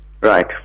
right